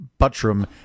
Buttram